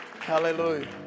Hallelujah